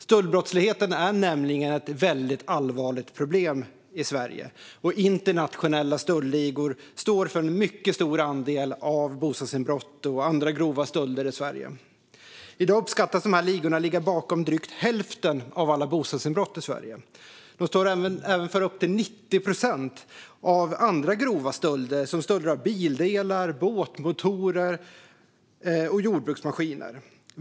Stöldbrottsligheten är ett allvarligt problem i Sverige, och internationella stöldligor står för en mycket stor andel bostadsinbrott och andra grova stölder i Sverige. I dag uppskattas dessa ligor ligga bakom drygt hälften av alla bostadsinbrott i Sverige. De står även för upp till 90 procent av andra grova stölder, som stölder av bildelar, båtmotorer och jordbruksmaskiner.